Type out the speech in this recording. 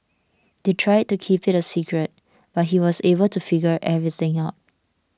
they tried to keep it a secret but he was able to figure everything out